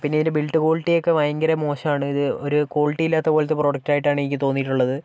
പിന്നെ ഇതിൻ്റെ ബിൽട് ക്വാളിറ്റിയൊക്കെ ഭയങ്കര മോശമാണ് ഇത് ഒരു ക്വാളിറ്റിയില്ലാത്ത പോലത്തെ പ്രോഡക്റ്റായിട്ടാണ് എനിക്ക് തോന്നിയിട്ടുള്ളത്